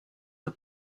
the